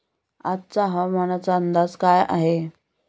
आजचा हवामानाचा अंदाज काय आहे?